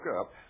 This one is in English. up